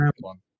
one